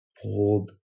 Hold